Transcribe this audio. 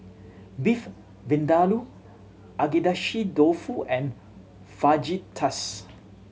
Beef Vindaloo Agedashi Dofu and Fajitas